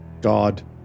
god